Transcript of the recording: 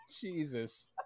Jesus